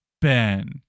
Ben